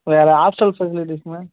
வேறு hostels facilities ma'am